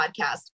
podcast